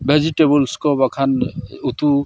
ᱠᱚ ᱵᱟᱠᱷᱟᱱ ᱩᱛᱩ